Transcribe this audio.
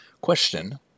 Question